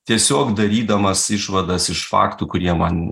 tiesiog darydamas išvadas iš faktų kurie man